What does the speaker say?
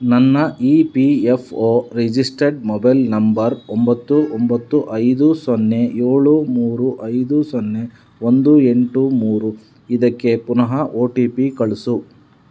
ನನ್ನ E P F O registered mobile number ಒಂಬತ್ತು ಒಂಬತ್ತು ಐದು ಸೊನ್ನೆ ಏಳು ಮೂರು ಐದು ಸೊನ್ನೆ ಒಂದು ಎಂಟು ಮೂರು ಇದಕ್ಕೆ ಪುನಃ ಒ ಟಿ ಪಿ ಕಳಿಸು